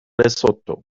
lesotho